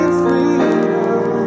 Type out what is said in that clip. freedom